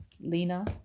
Lena